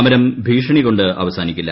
സമരം ഭീഷണി കൊണ്ട് അവസാനിക്കില്ല